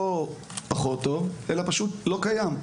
לא פחות טוב אלא פשוט לא קיים.